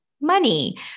money